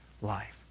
life